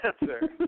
answer